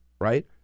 right